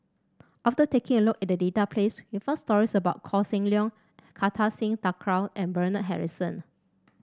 after taking a look at the database we found stories about Koh Seng Leong Kartar Singh Thakral and Bernard Harrison